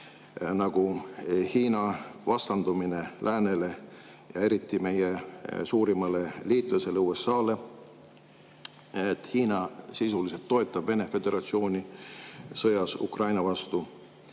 nagu Hiina vastandumine läänele ja eriti meie suurimale liitlasele USA-le. Hiina sisuliselt toetab Vene Föderatsiooni sõjas Ukraina vastu.